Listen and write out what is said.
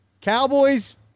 Cowboys